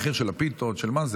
המחיר של הפיתות, של מה?